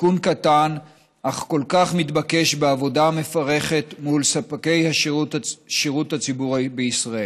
תיקון קטן אך כל כך מתבקש בעבודה המפרכת מול ספקי שירות הציבור בישראל.